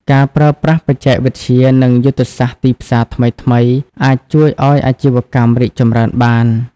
ការប្រើប្រាស់បច្ចេកវិទ្យា និងយុទ្ធសាស្ត្រទីផ្សារថ្មីៗ អាចជួយឱ្យអាជីវកម្មរីកចម្រើនបាន។